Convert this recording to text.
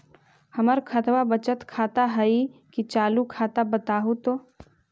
हमर खतबा बचत खाता हइ कि चालु खाता, बताहु तो?